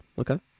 okay